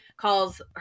Calls